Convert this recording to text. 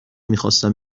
میخواستم